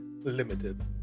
limited